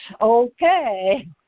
okay